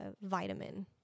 vitamin